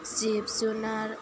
जिब जुनार